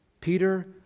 peter